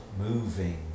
moving